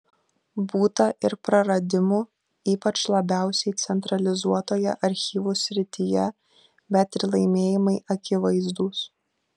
būta ir praradimų ypač labiausiai centralizuotoje archyvų srityje bet ir laimėjimai akivaizdūs